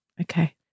Okay